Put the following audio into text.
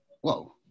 Whoa